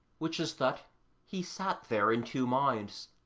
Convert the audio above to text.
which is that he sat there in two minds.